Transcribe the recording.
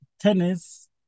tennis